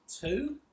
Two